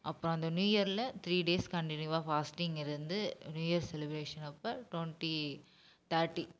அப்புறம் அந்த நியூ இயரில் த்ரீ டேஸ் கன்டின்யூவாக ஃபாஸ்டிங் இருந்து நியூ இயர் செலிப்ரேஷனப்பை டொண்ட்டி தேர்ட்டி